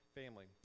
family